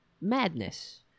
madness